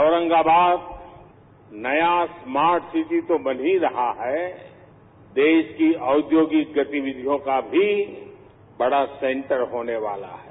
औरंगाबाद नया smart city तो बन ही रहा है देश की औद्योगिक गती विधीयों का भी बडा सेंटर होने वाला है